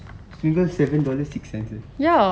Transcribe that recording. smuggle seven dollar six cent eh